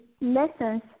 lessons